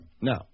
Now